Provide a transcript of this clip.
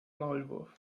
maulwurf